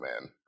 man